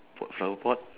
f~ flower pot